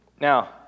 Now